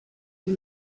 sie